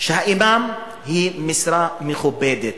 האימאם הוא משרה מכובדת.